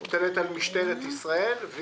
יש טענות שאומרות שיותר זול למדינה לפצות את